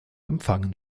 empfangen